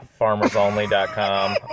farmersonly.com